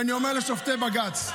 ואני אומר לשופטי בג"ץ,